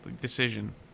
decision